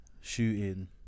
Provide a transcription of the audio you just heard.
shooting